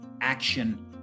action